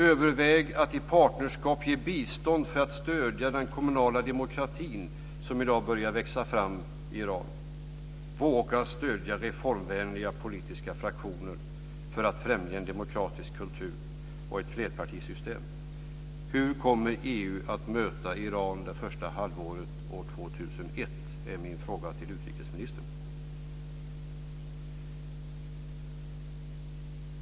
Överväg att i partnerskap ge bistånd för att stödja den kommunala demokratin som i dag börjar växa fram i Iran. Våga stödja reformvänliga politiska fraktioner för att främja en demokratisk kultur och ett flerpartisystem. Hur kommer EU att möta Iran det första halvåret år 2001, utrikesministern?